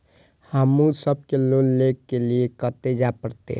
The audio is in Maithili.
हमू सब के लोन ले के लीऐ कते जा परतें?